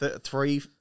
three